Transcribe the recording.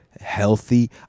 healthy